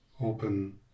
open